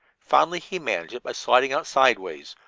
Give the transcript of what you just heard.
finally he managed it by sliding out sidewise,